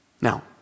Now